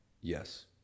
yes